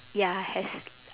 ya have